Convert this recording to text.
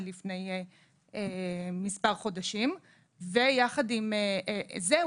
לפני מספר חודשים ויחד עם זה,